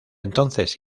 entonces